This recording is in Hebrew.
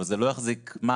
אבל זה לא יחזיק מים,